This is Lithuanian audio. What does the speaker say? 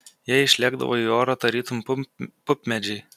jie išlėkdavo į orą tarytum pupmedžiai